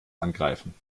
angreifen